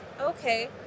Okay